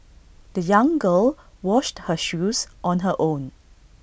the young girl washed her shoes on her own